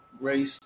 race